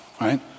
right